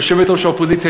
יושבת-ראש האופוזיציה,